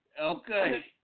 Okay